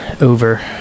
over